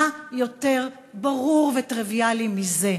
מה יותר ברור וטריוויאלי מזה?